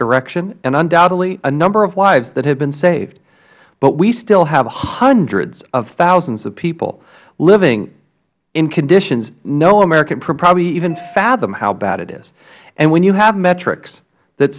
direction and undoubtedly a number of lives that have been saved but we still have hundreds of thousands of people living in conditions no american could probably even fathom how bad it is when you have metrics that